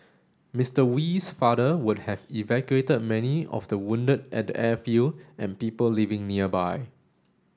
Mister Wee's father would have evacuated many of the wounded at the airfield and people living nearby